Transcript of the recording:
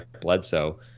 Bledsoe